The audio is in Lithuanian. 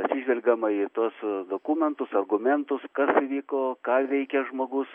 atsižvelgiama į tuos dokumentus argumentus kas įvyko ką veikė žmogus